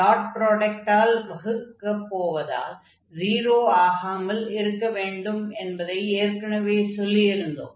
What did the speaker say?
dot ப்ராடக்டால் வகுக்கப் போவதால் 0 ஆகாமல் இருக்க வேண்டும் என்பதை ஏற்கெனவே சொல்லியிருந்தோம்